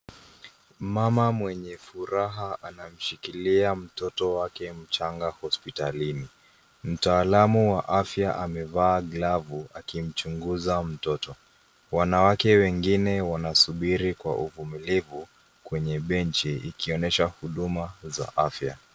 Mama mwenye furaha anamshikilia mtoto wake mchanga hospitalini. Mtaalamu wa afya amevaa glavu akimchunguza mtoto. Wanawake wengine wanasubiri kwa uvumilivu ikionyesha huduma za afya.